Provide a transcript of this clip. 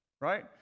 right